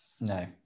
no